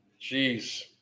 Jeez